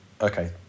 Okay